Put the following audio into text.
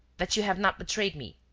that you have not betrayed me.